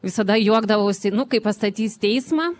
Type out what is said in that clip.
visada juokdavausi nu kaip pastatys teismą